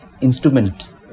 instrument